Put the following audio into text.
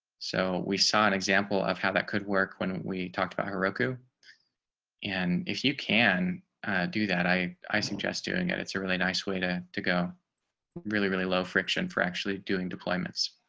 so we saw an example of how that could work when we talked about her roku and if you can do that. i, i suggest doing it. it's a really nice way to to go really, really low friction for actually doing deployments.